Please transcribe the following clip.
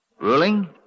Ruling